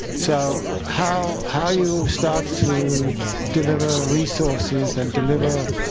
so how how you start to deliver resources and deliver